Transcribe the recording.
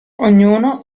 ognuno